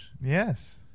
Yes